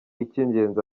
icy’ingenzi